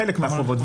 בחלק מהחובות.